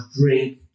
drink